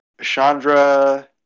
Chandra